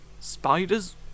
Spiders